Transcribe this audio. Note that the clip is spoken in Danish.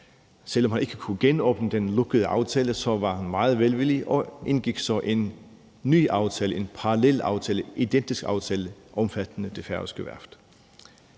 selv om han ikke kunne genåbne den lukkede aftale, var han meget velvillig og indgik så en ny aftale, en parallelaftale, en identisk aftale, omfattende det færøske værft.